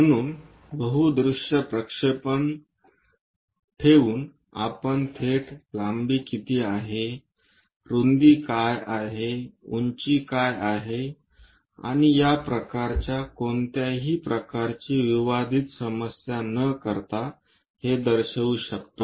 म्हणून बहू दृश्य प्रक्षेपण ठेवून आपण थेट लांबी किती आहे रुंदी काय आहे उंची काय आहे आणि या प्रकारच्या कोणत्याही प्रकारची विवादित समस्या न करता हे दर्शवू शकतो